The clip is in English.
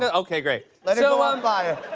ah okay, great. let it go on fire.